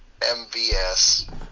MVS